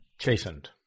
Chastened